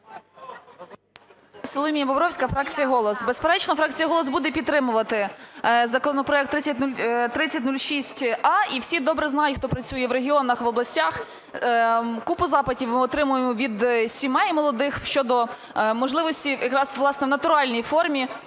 Соломія Бобровська, фракція "Голос". Безперечно, фракція "Голос" буде підтримувати законопроект 3006а. І всі добре знають, хто працює в регіонах, в областях, купу запитів ми отримуємо від сімей молодих щодо можливості якраз, власне, в натуральній формі